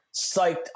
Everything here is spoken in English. psyched